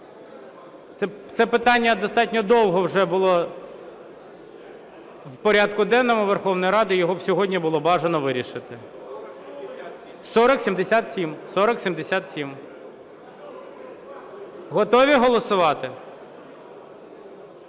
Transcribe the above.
Це питання достатньо довго вже було в порядку денному Верховної Ради, його б сьогодні було бажано вирішити. 4077. Готові голосувати?